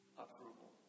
approval